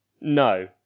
No